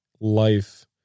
life